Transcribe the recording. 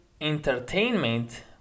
entertainment